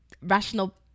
rational